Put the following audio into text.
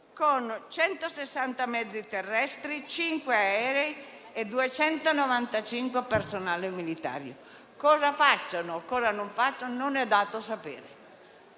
Con 160 mezzi terrestri, 5 aerei e 295 unità di personale militare. Cosa facciano o cosa non facciano, non è dato sapere.